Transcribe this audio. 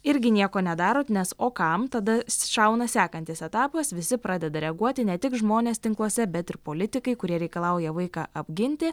irgi nieko nedarot nes o kam tada šauna sekantis etapas visi pradeda reaguoti ne tik žmonės tinkluose bet ir politikai kurie reikalauja vaiką apginti